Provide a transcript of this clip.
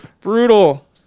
brutal